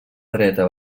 dreta